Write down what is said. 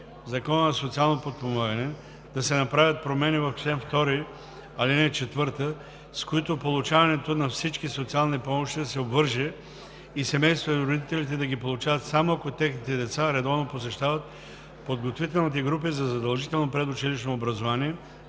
Закона за социалното подпомагане да се направят промени в чл. 2, ал. 4, с които получаването на всички социални помощи да се обвърже и семействата и родителите да ги получават само ако техните деца редовно посещават подготвителните групи за задължително предучилищно образование